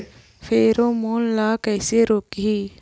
Pheromone ला कइसे रोकही?